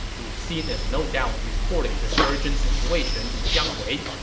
li xin is no doubt reporting this urgent situation to jiang wei.